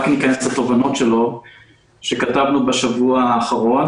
רק ניכנס לתובנות שלו שכתבנו בשבוע האחרון.